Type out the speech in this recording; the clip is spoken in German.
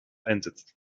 einsetzt